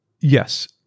Yes